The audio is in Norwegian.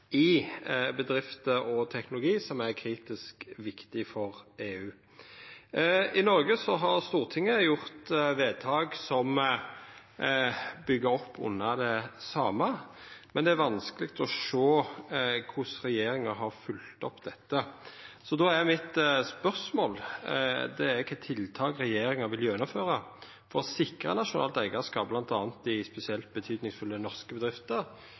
i bedrifter og i teknologiar som er kritisk viktige for EU. I Noreg har Stortinget gjort vedtak som byggjer opp under det same, men det er vanskeleg å sjå korleis regjeringa har følgt opp dette. Då er spørsmålet mitt: Kva tiltak vil regjeringa gjennomføra for å sikra nasjonalt eigarskap bl.a. i spesielt betydningsfulle norske bedrifter